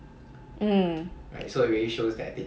mm